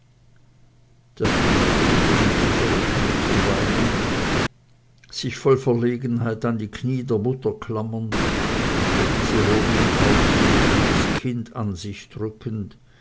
der knabe fing bitterlich an zu weinen sich voll verlegenheit an die knie der mutter klammernd diese hob ihn auf den arm und das kind an sich drückend